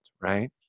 right